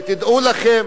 ותדעו לכם